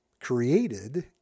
created